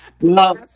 Love